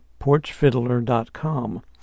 porchfiddler.com